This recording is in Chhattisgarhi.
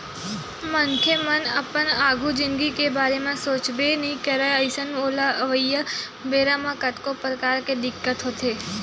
मनखे मन अपन आघु जिनगी के बारे म सोचबे नइ करय अइसन ओला अवइया बेरा म कतको परकार के दिक्कत होथे